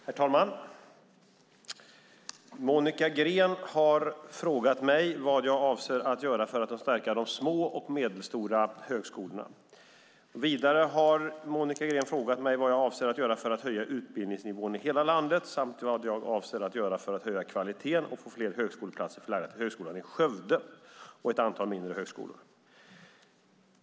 Herr talman! Monica Green har frågat mig vad jag avser att göra för att stärka de små och medelstora högskolorna. Vidare har Monica Green frågat mig vad jag avser att göra för att höja utbildningsnivån i hela landet samt vad jag avser att göra för att höja kvaliteten och få fler högskoleplatser förlagda till Högskolan i Skövde och andra mindre högskolor.